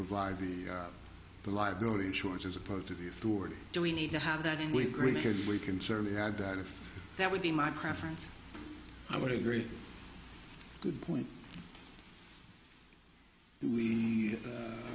provide the the liability insurance as opposed to the authority do we need to have that and we agree because we can certainly add that if that would be my preference i would agree good point